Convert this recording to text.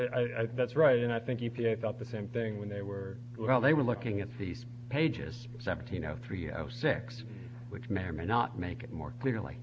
think that's right and i think you picked up the same thing when they were well they were looking at these pages seventeen zero three zero six which may or may not make it more clearly